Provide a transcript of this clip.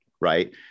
right